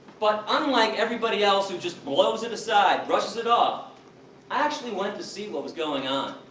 but unlike everybody else who just blows it aside, brushes it off, i actually went to see what was going on.